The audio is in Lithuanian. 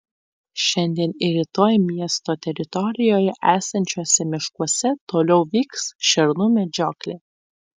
šiandien ir rytoj miesto teritorijoje esančiuose miškuose toliau vyks šernų medžioklė